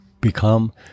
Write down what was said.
Become